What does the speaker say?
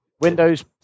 Windows